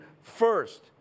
first